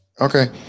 okay